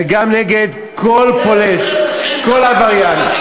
וגם נגד כל פולש, כל עבריין.